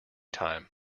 time